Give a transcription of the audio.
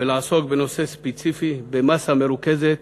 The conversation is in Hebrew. ולעסוק בנושא ספציפי, במאסה מרוכזת